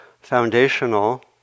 foundational